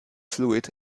fluid